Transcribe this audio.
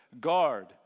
guard